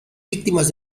víctimas